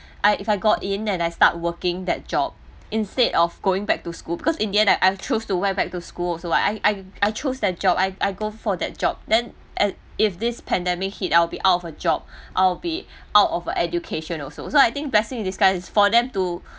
I if I got in then I start working that job instead of going back to school because in the end I I've choose to went back to school also [what] I I choose that job I I go f~ for that job then and if this pandemic hit I will be out of a job I will be out of a education also so I think blessing in disguise is for them to